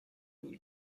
who